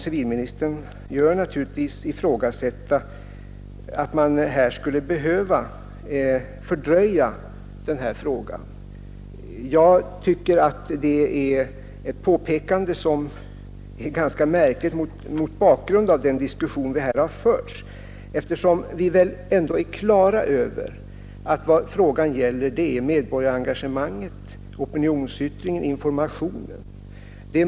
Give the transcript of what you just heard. Civilministern ifrågasatte om vi verkligen kan behöva fördröja hela denna fråga, men det tycker jag är ett ganska märkligt påpekande mot bakgrunden av den diskussion vi här fört. Vi är ändå på det klara med att vad frågan här gäller är medborgarengagemanget, opinionsyttringen och informationen.